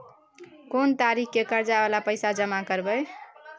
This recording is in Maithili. कोन तारीख के कर्जा वाला पैसा जमा करबे?